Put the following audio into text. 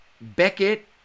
Beckett